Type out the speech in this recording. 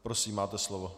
Prosím, máte slovo.